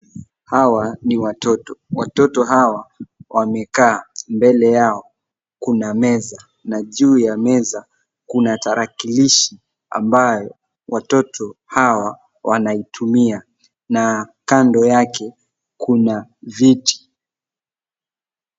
Hawa ni watoto. Watoto hawa wamekaa . Mbele yao kuna meza na juu ya meza kuna tarakilishi ambayo watoto hawa wanaitumia na kando yake kuna viti.